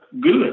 good